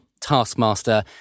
taskmaster